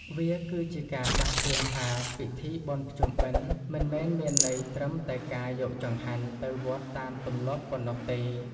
វាគឺជាការដាស់តឿនថា ពិធីបុណ្យភ្ជុំបិណ្ឌមិនមែនមានន័យត្រឹមតែការយកចង្ហាន់ទៅវត្តតាមទម្លាប់ប៉ុណ្ណោះទេ។